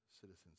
citizens